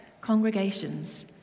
congregations